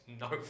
no